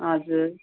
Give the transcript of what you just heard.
हजुर